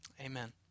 Amen